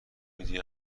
میدونی